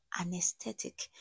anesthetic